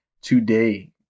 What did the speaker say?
today